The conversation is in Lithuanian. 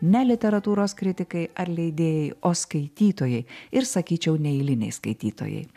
ne literatūros kritikai ar leidėjai o skaitytojai ir sakyčiau ne eiliniai skaitytojai